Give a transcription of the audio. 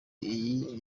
iyi